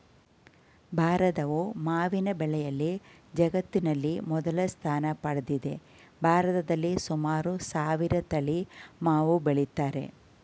ಭಾರತವು ಮಾವಿನ ಬೆಳೆಯಲ್ಲಿ ಜಗತ್ತಿನಲ್ಲಿ ಮೊದಲ ಸ್ಥಾನ ಪಡೆದಿದೆ ಭಾರತದಲ್ಲಿ ಸುಮಾರು ಸಾವಿರ ತಳಿ ಮಾವು ಬೆಳಿತಾರೆ